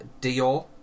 Dior